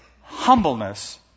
Humbleness